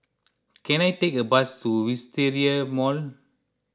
can I take a bus to Wisteria Mall